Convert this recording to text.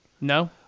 No